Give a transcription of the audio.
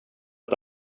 att